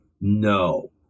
no